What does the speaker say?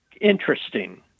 interesting